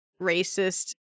racist